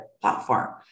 platform